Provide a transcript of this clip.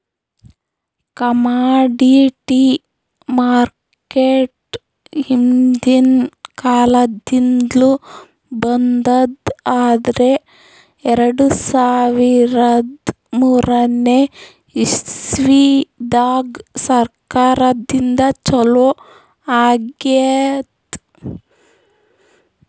commodity market ಹಿಂದ್ಕಿನ್ ಕಾಲದಿಂದ್ಲು ಬಂದದ್ ಆದ್ರ್ ಎರಡ ಸಾವಿರದ್ ಮೂರನೇ ಇಸ್ವಿದಾಗ್ ಸರ್ಕಾರದಿಂದ ಛಲೋ ಆಗ್ಯಾದ್